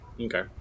Okay